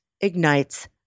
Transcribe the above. ignites